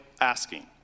asking